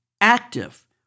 active